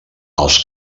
els